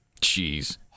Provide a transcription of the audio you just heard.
Jeez